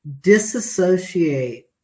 disassociate